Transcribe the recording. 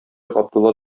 габдулла